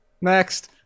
next